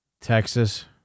Texas